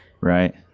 Right